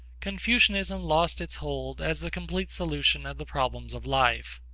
confucianism lost its hold as the complete solution of the problems of life.